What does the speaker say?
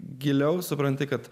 giliau supranti kad